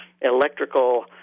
electrical